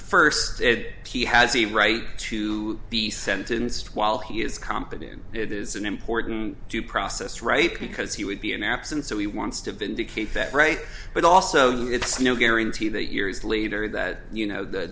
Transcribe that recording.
first said he has the right to be sentenced while he is competent it is an important due process right because he would be an absolute so he wants to vindicate that right but also that it's no guarantee that years later that you know that